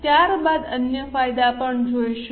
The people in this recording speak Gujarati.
ત્યારબાદ અન્ય ફાયદા પણ જોઈશું